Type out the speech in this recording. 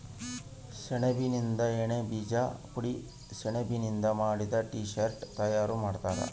ಸೆಣಬಿನಿಂದ ಎಣ್ಣೆ ಬೀಜ ಪುಡಿ ಸೆಣಬಿನಿಂದ ಮಾಡಿದ ಟೀ ಶರ್ಟ್ ತಯಾರು ಮಾಡ್ತಾರ